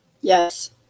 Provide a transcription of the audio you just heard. Yes